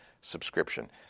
subscription